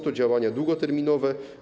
To działania długoterminowe.